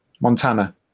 montana